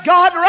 God